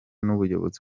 n’ubuyobozi